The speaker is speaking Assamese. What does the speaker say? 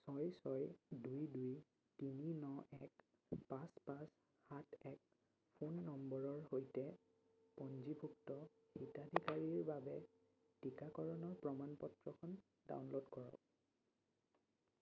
ছয় ছয় দুই দুই তিনি ন এক পাঁচ পাঁচ সাত এক ফোন নম্বৰৰ সৈতে পঞ্জীভুক্ত হিতাধিকাৰীৰ বাবে টীকাকৰণৰ প্ৰমাণ পত্ৰখন ডাউনলোড কৰক